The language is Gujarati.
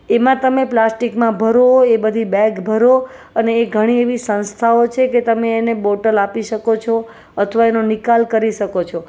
એમાં તમે પ્લાસ્ટિકમાં ભરો એ બધી બેગ ભરો અને એ ઘણી એવી સંસ્થાઓ છે કે તમે એને બોટલ આપી શકો છો અથવા એનો નિકાલ કરી શકો છો પણ